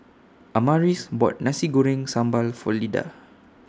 Amaris bought Nasi Goreng Sambal For Lyda